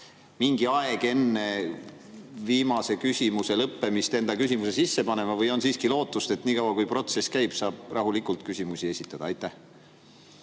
mingi aeg enne viimase küsimuse lõppemist enda küsimuse sisse panema, või on siiski lootust, et niikaua, kui protsess käib, saab rahulikult küsimusi esitada? Jaa,